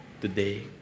today